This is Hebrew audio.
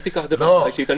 אל תיקח את זה ברמה האישית.